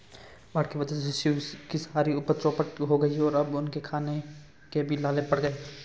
बाढ़ के वजह से शिव की सारी उपज चौपट हो गई और अब उनके खाने के भी लाले पड़ गए हैं